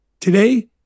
today